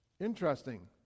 Interesting